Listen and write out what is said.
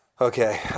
Okay